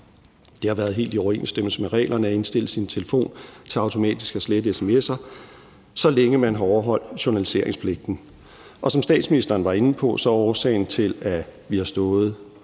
Det har været helt i overensstemmelse med reglerne at indstille sin telefon til automatisk at slette sms'er, så længe man har overholdt journaliseringspligten. Og som statsministeren var inde på, er årsagen til, at vi ikke har stået